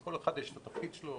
לכל אחד יש את התפקיד שלו,